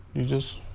you just